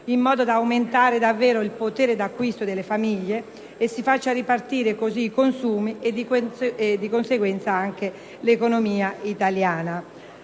in modo da aumentare davvero il potere d'acquisto delle famiglie e da far ripartire così i consumi, e di conseguenza anche l'economia italiana.